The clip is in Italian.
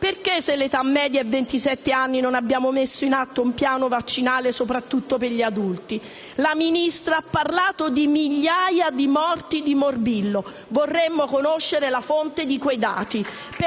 Perché se l'età media è ventisette anni non abbiamo messo in atto un piano vaccinale soprattutto per gli adulti? La Ministra ha parlato di migliaia di morti per il morbillo. Vorremmo conoscere la fonte di quei dati.